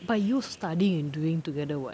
but you studying and doing together [what]